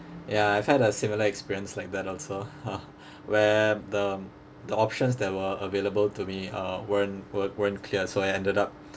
ya I've had a similar experience like that also !huh! where the the options that were available to me uh weren't weren't weren't clear so I ended up